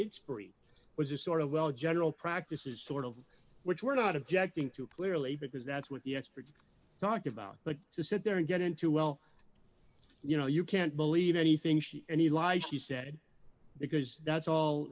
a sort of well general practice is sort of which we're not objecting to clearly because that's what the experts talked about but to sit there and get into well you know you can't believe anything she and he lies she said because that's all